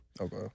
Okay